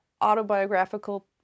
autobiographical